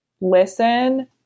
listen